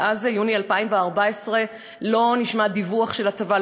מאז יוני 2014 לא נשמע דיווח של הצבא,